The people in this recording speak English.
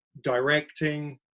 directing